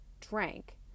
drank